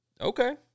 Okay